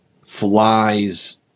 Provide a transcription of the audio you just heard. flies